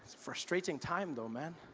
frustrating time though man